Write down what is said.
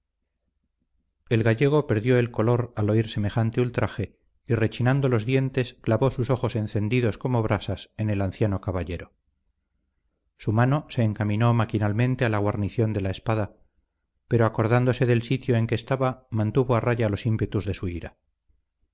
el gallego perdió el color al oír semejante ultraje y rechinando los dientes clavó sus ojos encendidos como brasas en el anciano caballero su mano se encaminó maquinalmente a la guarnición de la espada pero acordándose del sitio en que estaba mantuvo a raya los ímpetus de su ira